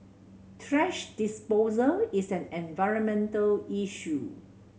thrash disposal is an environmental issue